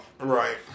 Right